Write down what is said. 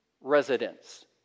residents